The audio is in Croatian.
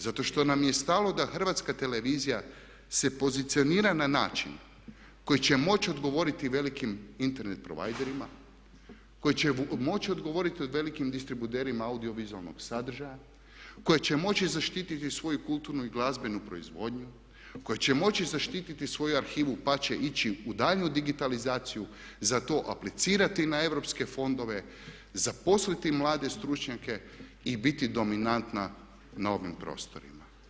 Zato što nam je stalo da HRT se pozicionira na način koji će moći odgovoriti velikim Internet providerima, koji će moći odgovoriti velikim distributerima audiovizualnog sadržaja, koji će moći zaštiti svoju kulturnu i glazbenu proizvodnju, koji će moći zaštititi svoju arhivu pa će ići u daljnju digitalizaciju i za to aplicirati na europske fondove, zaposliti mlade stručnjake i biti dominantna na ovim prostorima.